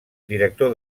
director